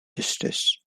justice